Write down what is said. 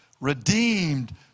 redeemed